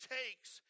takes